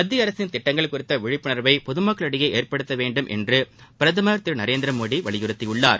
மத்திய அரசின் திட்டங்கள் குறித்த விழிப்புணர்வை பொது மக்களிடையே ஏற்படுத்த வேண்டும் என்று பிரதமர் திரு நரேந்திர மோடி வலியுறுத்தியுள்ளார்